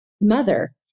mother